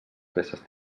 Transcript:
peces